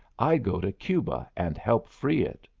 i'd go to cuba and help free it.